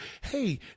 Hey